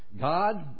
God